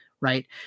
right